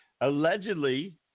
allegedly